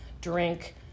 drink